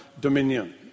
dominion